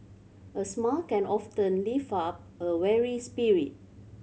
a smile can often lift up a weary spirit